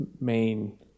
main